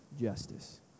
justice